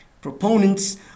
proponents